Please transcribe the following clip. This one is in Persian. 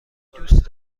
دوست